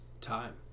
time